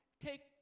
take